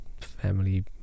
family